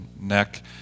neck